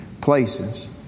places